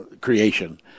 creation